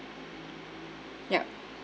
yup